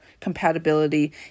compatibility